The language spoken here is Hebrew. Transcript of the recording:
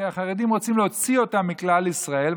כי החרדים רוצים להוציא אותם מכלל ישראל,